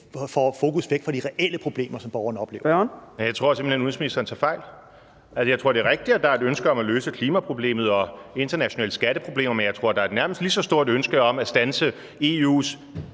Kl. 15:07 Morten Messerschmidt (DF): Jeg tror simpelt hen, at udenrigsministeren tager fejl. Jeg tror, det er rigtigt, at der er et ønske om at løse klimaproblemet og internationale skatteproblemer, men jeg tror, at der er et nærmest lige så stort ønske om at standse EU's